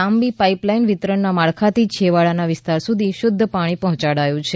લાંબી પાઈપલાઈન વિતરણ માળ ખાથી છેવાડાના વિસ્તાર સુધી શુધ્ધ પાણી પહોંચાડાયું છે